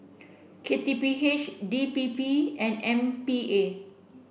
K T P H D P P and M P A